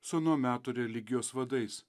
su ano meto religijos vadais